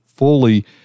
fully